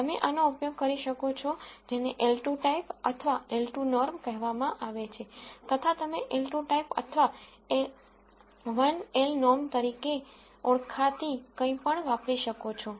તમે આનો ઉપયોગ કરી શકો છો જેને L2 ટાઇપ અથવા L2 નોર્મ કહેવામાં આવે છે તથા તમે L2 ટાઇપ અથવા 1 L નોર્મ તરીકે ઓળખાતી કંઈ પણ વાપરી શકો છો